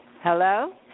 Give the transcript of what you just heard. hello